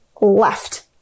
left